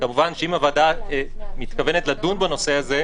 כמובן שאם הוועדה מתכוונת לדון בנושא הזה,